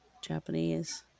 japanese